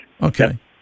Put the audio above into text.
Okay